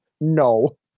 No